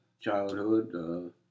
childhood